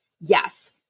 Yes